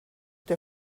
der